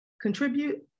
contribute